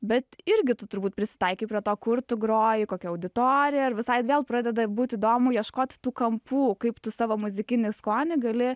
bet irgi tu turbūt prisitaikai prie to kur tu groji kokia auditorija ir visai vėl pradeda būt įdomu ieškot tų kampų kaip tu savo muzikinį skonį gali